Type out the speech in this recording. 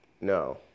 No